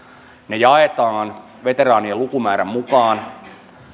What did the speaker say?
ne jaetaan veteraanien lukumäärän mukaan